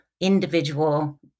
individual